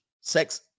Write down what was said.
sex